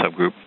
subgroup